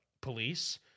police